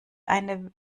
eine